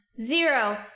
zero